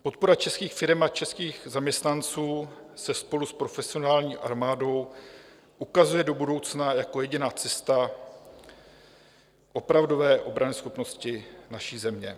Podpora českých firem a českých zaměstnanců se spolu s profesionální armádou ukazuje do budoucna jako jediná cesta opravdové obranyschopnosti naší země.